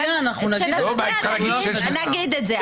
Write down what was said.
כשנצביע נגיד את זה.